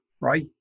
right